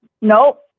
no